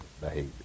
behavior